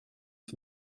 for